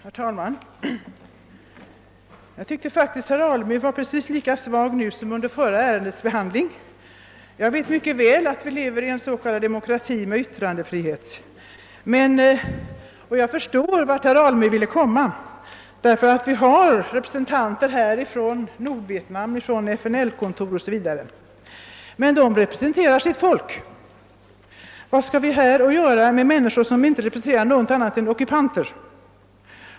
Herr talman! Jag tycker att herr Alenyr uppträdde precis lika svagt nu som när vi behandlade det föregående ärendet. Jag vet mycket väl att vi lever i en s.k. demokrati med yttrandefrihet. Jag förstår vart herr Alemyr ville komma, eftersom vi här har representanter för Nordvietnam och för FNL. Men dessa representanter företräder sitt folk. Vilket motiv finns för att släppa in personer som inte företräder något annat än ockupanter?